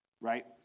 right